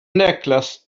necklace